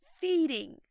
feeding